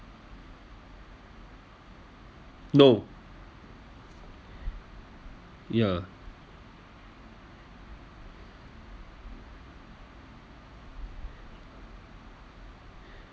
no ya